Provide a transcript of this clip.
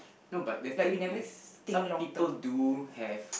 no but the thing is some people do have